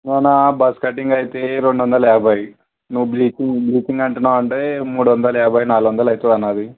అన్న bus cutting అయితే అయితే రెండు వందల యాభై నువ్వు బ్లీ బ్లీచింగ్ అంటున్నావు అంటే మూడు వందల యాభై నాలుగు వందలు అవుతుంది అన్న అవి